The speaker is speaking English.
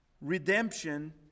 redemption